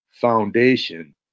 Foundation